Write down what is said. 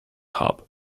hub